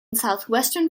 southwestern